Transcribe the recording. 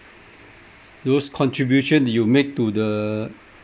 those contribution you make to the